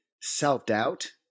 self-doubt